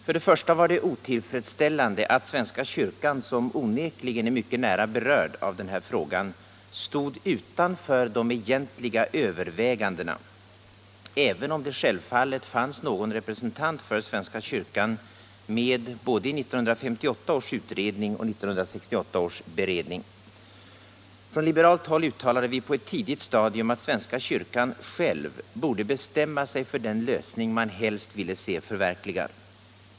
För det första var det otillfredsställande att svenska kyrkan, som onekligen är mycket nära berörd av den här frågan, stod utanför de egentliga övervägandena, även om det självfallet fanns någon representant för svenska kyrkan med både i 1958 års utredning och 1968 års beredning. Från liberalt håll uttalade vi på ett tidigt stadium att svenska kyrkan själv borde bestämma sig för den lösning man helst ville se förverkligad.